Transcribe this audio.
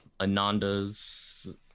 ananda's